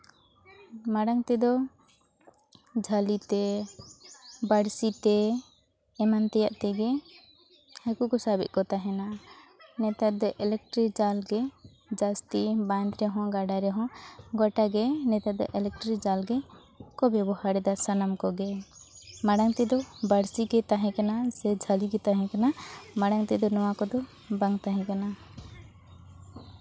ᱢᱟᱲᱟᱝ ᱛᱮᱫᱚ ᱡᱷᱟᱹᱞᱤᱛᱮ ᱵᱟᱹᱬᱥᱤᱛᱮ ᱮᱢᱟᱱ ᱛᱮᱭᱟᱜ ᱛᱮᱜᱮ ᱦᱟᱹᱠᱩ ᱠᱚ ᱥᱟᱵᱮᱫ ᱠᱚ ᱛᱟᱦᱮᱱᱟ ᱱᱮᱛᱟᱨ ᱫᱚ ᱤᱞᱮᱠᱴᱨᱤ ᱡᱟᱞ ᱜᱮ ᱡᱟᱹᱥᱛᱤ ᱵᱟᱸᱫᱽ ᱨᱮᱦᱚᱸ ᱜᱟᱰᱟ ᱨᱮᱦᱚᱸ ᱜᱚᱴᱟ ᱜᱮ ᱱᱮᱛᱟᱨ ᱫᱚ ᱤᱞᱮᱠᱴᱨᱤ ᱡᱟᱞ ᱜᱮ ᱠᱚ ᱵᱮᱵᱚᱦᱟᱨᱮᱫᱟ ᱥᱟᱱᱟᱢ ᱠᱚᱜᱮ ᱢᱟᱲᱟᱝ ᱛᱮᱫᱚ ᱵᱟᱹᱬᱥᱤ ᱜᱮ ᱛᱟᱦᱮᱸᱠᱟᱱᱟ ᱥᱮ ᱡᱷᱟᱹᱞᱤ ᱜᱮ ᱛᱟᱦᱮᱸᱠᱟᱱᱟ ᱢᱟᱲᱟᱝ ᱛᱮᱫᱚ ᱱᱚᱣᱟ ᱠᱚᱫᱚ ᱵᱟᱝ ᱛᱟᱦᱮᱸᱠᱟᱱᱟ